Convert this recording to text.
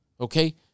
okay